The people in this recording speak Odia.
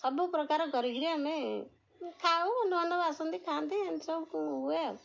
ସବୁପ୍ରକାର କରିକିରି ଆମେ ଖାଉ ନହେଲେ ଲୋକ ଆସନ୍ତି ଖାଆନ୍ତି ଏମିତି ସବୁ ହୁଏ ଆଉ